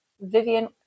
Vivian